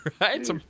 Right